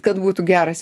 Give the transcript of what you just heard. kad būtų geras